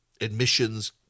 admissions